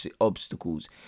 obstacles